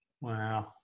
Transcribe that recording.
Wow